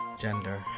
gender